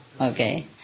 okay